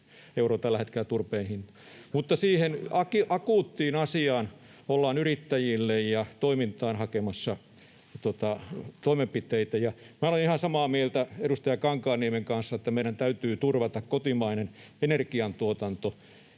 euroa tällä hetkellä. Mutta siihen akuuttiin asiaan ollaan yrittäjille ja toimintaan hakemassa toimenpiteitä. Minä olen ihan samaa mieltä edustaja Kankaanniemen kanssa, että meidän täytyy turvata kotimainen energiantuotanto.